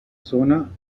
zona